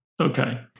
Okay